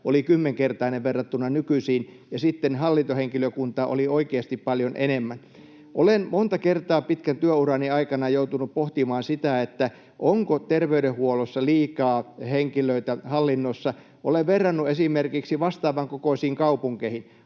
— kymmenkertainen verrattuna nykyiseen ja sitten hallintohenkilökuntaa oli oikeasti paljon enemmän. Olen monta kertaa pitkän työurani aikana joutunut pohtimaan sitä, onko terveydenhuollossa liikaa henkilöitä hallinnossa. Olen verrannut esimerkiksi vastaavankokoisiin kaupunkeihin.